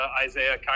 Isaiah